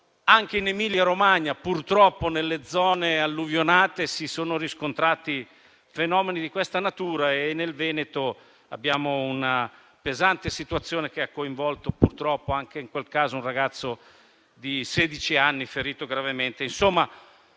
Anche in Emilia-Romagna, purtroppo nelle zone alluvionate, si sono riscontrati fenomeni di questa natura. Nel Veneto abbiamo una pesante situazione che ha coinvolto purtroppo un ragazzo di sedici anni, ferito gravemente.